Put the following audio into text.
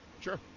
Sure